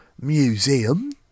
museum